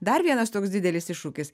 dar vienas toks didelis iššūkis